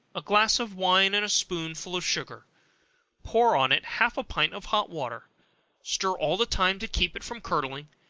a glass of wine, and a spoonful of sugar pour on it half a pint of hot water stir all the time to keep it from curdling,